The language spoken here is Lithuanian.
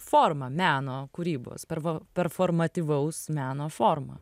forma meno kūrybos pervo performatyvaus meno forma